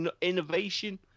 innovation